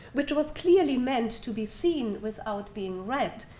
which was clearly meant to be seen without being read,